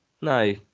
No